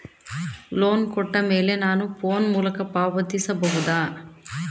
Loan ಕೊಟ್ಟ ಮೇಲೆ ನಾನು ಫೋನ್ ಮೂಲಕ ಪಾವತಿಸಬಹುದಾ?